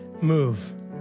move